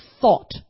thought